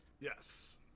Yes